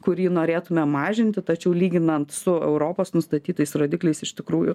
kurį norėtumėm mažinti tačiau lyginant su europos nustatytais rodikliais iš tikrųjų